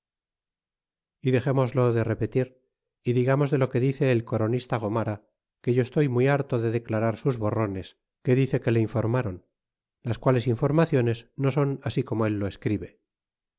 dexémoslo de repetir y digamos de lo que dice el coronista gomara que yo estoy muy harto de dezlarar sus borrones que dice que le informaron las quales informaciones no son así como él lo escribe